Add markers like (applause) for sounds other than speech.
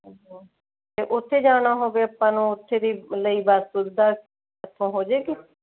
(unintelligible) ਅਤੇ ਉੱਥੇ ਜਾਣਾ ਹੋਵੇ ਆਪਾਂ ਨੂੰ ਉੱਥੇ ਦੇ ਲਈ ਬੱਸ ਸੁਵਿਧਾ ਇੱਥੋਂ ਹੋਜੇਗੀ